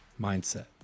mindset